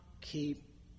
keep